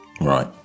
Right